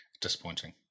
disappointing